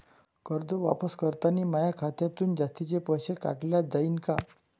कर्ज वापस करतांनी माया खात्यातून जास्तीचे पैसे काटल्या जाईन का?